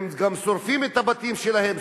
הם גם שורפים את הבתים שלהם,